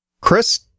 Chris